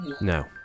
No